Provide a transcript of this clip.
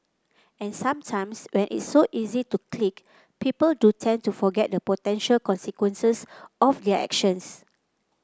and sometimes when it's so easy to click people do tend to forget the potential consequences of their actions